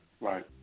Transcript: Right